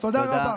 תודה רבה.